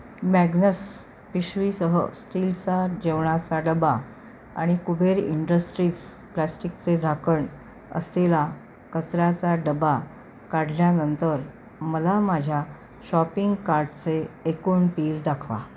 Magnus पिशवीसह स्टीलचा जेवणाचा डबा आणि कुबेर इंडस्ट्रीज प्लास्टिकचे झाकण असलेला कचऱ्याचा डबा काढल्यानंतर मला माझ्या शॉपिंग कार्टचे एकूण बील् दाखवा